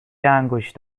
انگشت